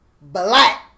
Black